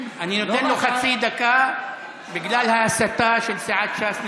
אני אתן לו חצי דקה בגלל ההסתה של סיעת ש"ס נגדו.